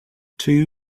two